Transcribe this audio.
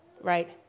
right